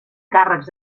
càrrecs